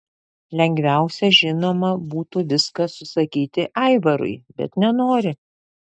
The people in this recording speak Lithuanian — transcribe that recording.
lengviausia žinoma būtų viską susakyti aivarui bet nenori